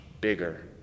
bigger